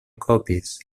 copies